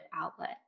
outlet